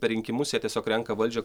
per rinkimus jie tiesiog renka valdžią